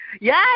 Yes